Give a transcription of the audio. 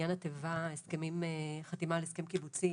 לעניין התיבה חתימה על הסכם קיבוצי,